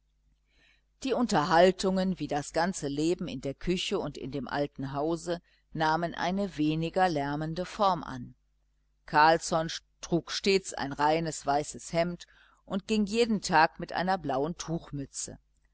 die unterhaltungen wie das ganze leben in der küche und in dem alten hause nahmen eine weniger lärmende form an carlsson trug stets ein reines weißes hemd und ging jeden tag mit einer blauen tuchmütze